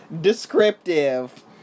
descriptive